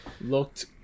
Looked